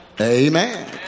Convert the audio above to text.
Amen